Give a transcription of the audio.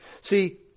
See